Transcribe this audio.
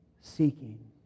Seeking